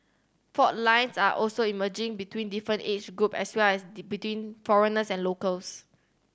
fault lines are also emerging between different age groups as well as the between foreigners and locals